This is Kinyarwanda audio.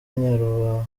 nyaburanga